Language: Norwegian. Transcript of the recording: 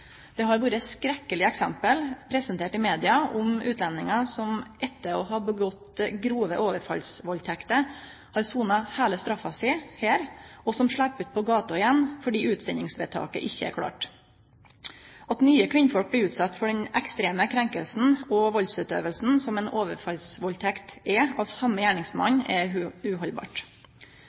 Det har vore skrekkelege eksempel presentert i media om utlendingar som etter å ha gjort seg skuldige i grove overfallsvaldtekter, har sona heile straffa si her, og som slepp ut på gata igjen fordi utsendingsvedtaket ikkje er klårt. At nye kvinner blir utsette for den ekstreme krenkinga og valdsutøvinga som ein overfallsvaldtekt er av same gjerningsmann, er uhaldbart.